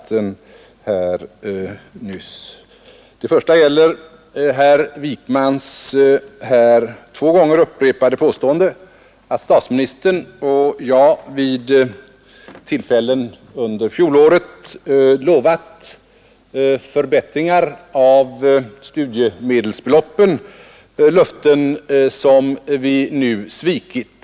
Jag tänker först och främst på herr Wijkmans två gånger gjorda påstående att statsministern och jag under fjolåret utlovat förbättringar av studiemedelsbeloppen, löften som vi nu svikit.